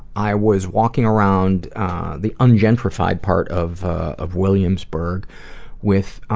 i was walking around the ungentrified part of of williamsburg with